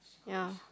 ya